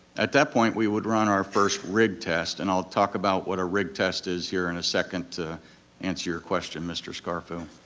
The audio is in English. at that point we would run our first rig test, and i'll talk about what a rig test is here in a second to answer your question, mr. scarfo.